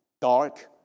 dark